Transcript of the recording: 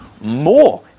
more